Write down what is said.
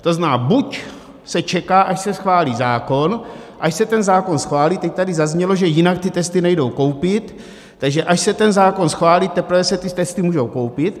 To znamená, buď se čeká, až se schválí zákon, až se ten zákon schválí, teď tady zaznělo, že jinak ty testy nejdou koupit, takže až se ten zákon schválí, teprve se ty testy můžou koupit?